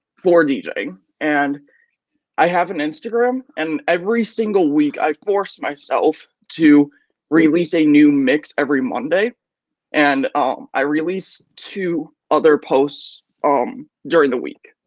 for djing and i have an instagram and every single week i force myself to release a new mix every monday and um i release two other posts um during the week.